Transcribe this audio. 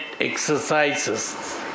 exercises